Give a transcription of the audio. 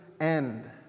end